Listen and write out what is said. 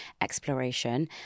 exploration